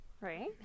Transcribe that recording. right